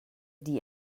die